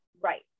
Right